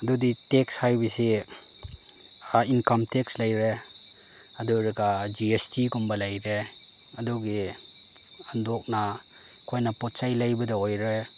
ꯑꯗꯨꯗꯤ ꯇꯦꯛꯁ ꯍꯥꯏꯕꯁꯦ income tax ꯂꯩꯔꯦ ꯑꯗꯨꯑꯣꯏꯔꯒ ꯖꯤ ꯑꯦꯁ ꯇꯤꯒꯨꯝꯕ ꯂꯩꯔꯦ ꯑꯗꯨꯒꯤ ꯍꯟꯗꯣꯛꯅ ꯑꯩꯈꯣꯏꯅ ꯄꯣꯠꯆꯩ ꯂꯩꯕꯗ ꯑꯣꯏꯔꯦ